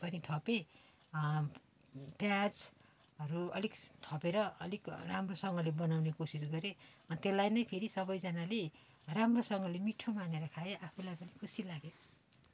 पनि थपेँ प्याजहरू अलिक थपेर अलिक राम्रोसँगले बनाउने कोसिस गरेँ त्यसलाई नै फेरि सबजनाले राम्रोसँगले मिठो मानेर खाए आफूलाई पनि खुसी लाग्यो